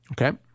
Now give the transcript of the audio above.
Okay